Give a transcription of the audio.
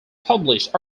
published